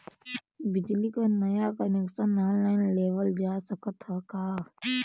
बिजली क नया कनेक्शन ऑनलाइन लेवल जा सकत ह का?